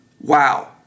Wow